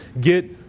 get